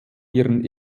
ihren